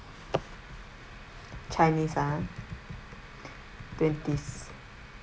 chinese and twenties